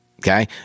Okay